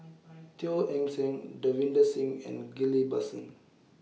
Teo Eng Seng Davinder Singh and Ghillie BaSan